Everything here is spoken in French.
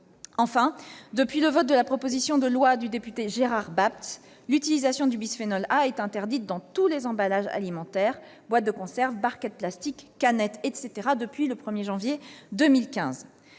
Enfin, depuis le vote de la proposition de loi du député Gérard Bapt, l'utilisation du bisphénol A est interdite dans tous les emballages alimentaires- boîtes de conserve, barquettes plastiques, canettes, etc. -depuis le 1 janvier 2015.